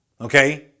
okay